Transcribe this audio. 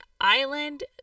island